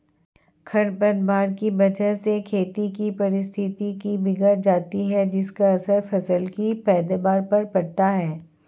खरपतवार की वजह से खेतों की पारिस्थितिकी बिगड़ जाती है जिसका असर फसल की पैदावार पर पड़ता है